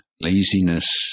laziness